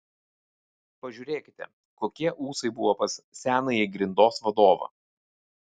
pažiūrėkite kokie ūsai buvo pas senąjį grindos vadovą